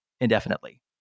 indefinitely